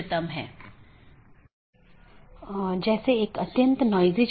हालांकि हर संदेश को भेजने की आवश्यकता नहीं है